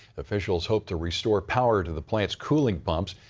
officials hope to restore power to the plants cooling pumps.